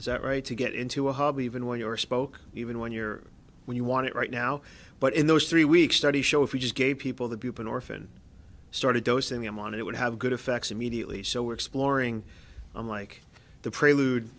is that right to get into a hobby even when your spoke even when you're when you want it right now but in those three weeks studies show if we just gave people the people in orphan started dosing him on it would have good effects immediately so we're exploring i'm like the prelude